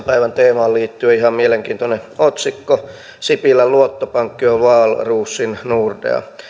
päivän teemaan liittyen ihan mielenkiintoinen otsikko sipilän luottopankki on wahlroosin nordea